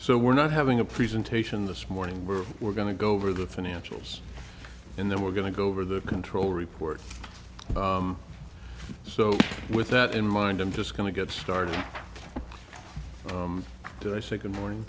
so we're not having a presentation this morning we're we're going to go over the financials and then we're going to go over the control report so with that in mind i'm just going to get started i say good morning